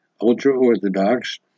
ultra-Orthodox